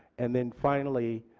and then finally,